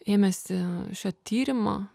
ėmėsi šio tyrimo